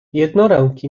jednoręki